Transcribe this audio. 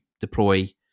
deploy